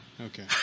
Okay